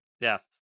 Yes